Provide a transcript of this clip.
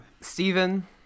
Stephen